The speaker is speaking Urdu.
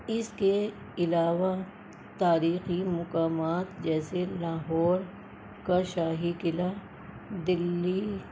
اس کے علاوہ تاریخی مقامات جیسے لاہور کا شاہی قلعہ دلّی